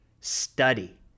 study